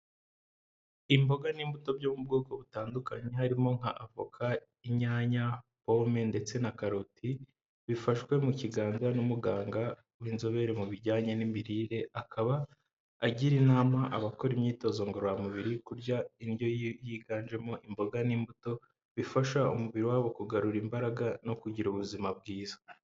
Imboga n'imbuto byo mu bwoko butandukanye harimo nka avoka, inyanya, pome ndetse na karoti bifashwe mu kiganza n'umuganga w'inzobere mu bijyanye n'imirire, akaba agira inama abakora imyitozo ngororamubiri kurya indyo yiganjemo imboga n'imbuto bifasha umubiri wabo kugarura imbaraga no kugira ubuzima bwiza.